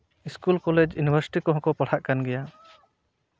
school college university ᱠᱚᱨᱮ ᱠᱚ ᱯᱟᱲᱦᱟᱜ ᱠᱟᱱ ᱜᱮᱭᱟ